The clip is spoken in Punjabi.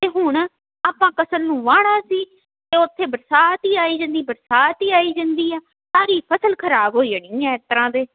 ਅਤੇ ਹੁਣ ਆਪਾਂ ਫਸਲ ਨੂੰ ਵਾਹਣਾ ਸੀ ਤਾਂ ਉੱਥੇ ਬਰਸਾਤ ਹੀ ਆਈ ਜਾਂਦੀ ਬਰਸਾਤ ਹੀ ਆਈ ਜਾਂਦੀ ਹੈ ਸਾਰੀ ਫ਼ਸਲ ਖ਼ਰਾਬ ਹੋ ਜਾਣੀ ਹੈ ਤਰ੍ਹਾਂ ਤਾਂ